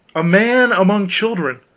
a man among children,